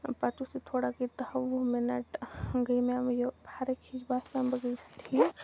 پَتہٕ یُتھٕے تھوڑا گٔے داہ وُہ مِنٹ گٔے مےٚ یہِ فرق ہِش باسیم بہٕ گٔیَس ٹھیٖک